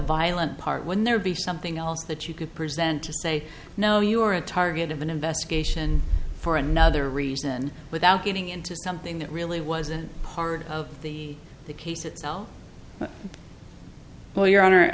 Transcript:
violent part when there be something else that you could present to say no you are a target of an investigation for another reason without getting into something that really wasn't part of the the case itself well your honor